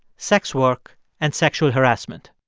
sex work and sexual harassment